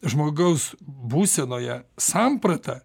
žmogaus būsenoje sampratą